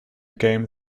game